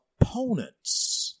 opponents